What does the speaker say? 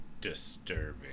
disturbing